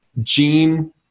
Gene